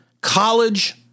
college